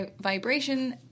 vibration